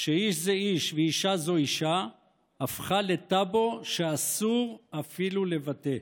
שאיש זה איש ואישה זו אישה הפכה לטאבו שאסור אפילו לבטא.